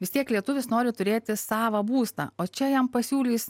vis tiek lietuvis nori turėti savą būstą o čia jam pasiūlys